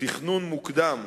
תכנון מוקדם,